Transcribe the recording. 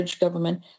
government